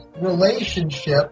relationship